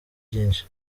byinshi